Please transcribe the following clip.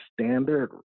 standard